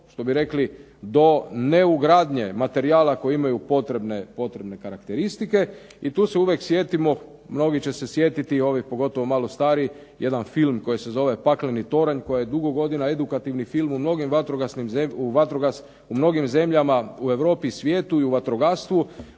što bi rekli do ne ugradnje materijala koji imaju potrebne karakteristike. I tu se uvijek sjetimo, mnogi će se sjetiti ovi pogotovo malo stariji jedan film koji se zove "Pakleni toranj" koji je dugo godina edukativni film u mnogim zemljama u Europi i svijetu i vatrogastvu,